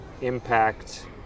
impact